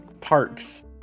parks